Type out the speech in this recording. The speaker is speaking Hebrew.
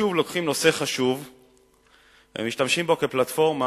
שוב לוקחים נושא חשוב ומשתמשים בו כפלטפורמה